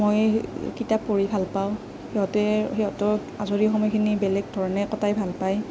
মই কিতাপ পঢ়ি ভাল পাওঁ সিহঁতে সিহঁতৰ আজৰি সময়খিনি বেলেগ ধৰণে কটাই ভাল পায়